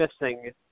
missing